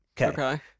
Okay